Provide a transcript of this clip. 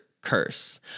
curse